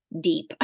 deep